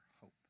hope